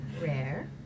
rare